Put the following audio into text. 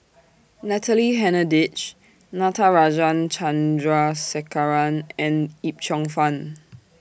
Natalie Hennedige Natarajan Chandrasekaran and Yip Cheong Fun